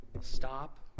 stop